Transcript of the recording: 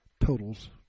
totals